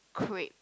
crepe